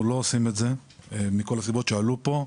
אנחנו לא עושים את זה מכל הסיבות שעלו פה,